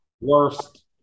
worst